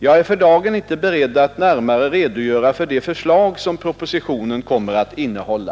Jag är för dagen inte beredd att närmare redogöra för de förslag som propositionen kommer att innehålla.